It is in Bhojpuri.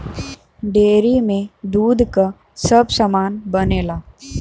डेयरी में दूध क सब सामान बनेला